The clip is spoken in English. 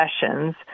sessions